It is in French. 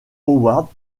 howard